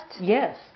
Yes